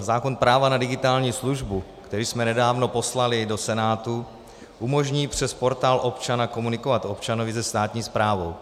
Zákon o právu na digitální službu, který jsme nedávno poslali do Senátu, umožní přes Portál občana komunikovat občanovi se státní správou.